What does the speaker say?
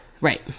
Right